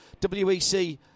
WEC